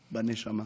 בנשמה.